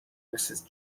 mrs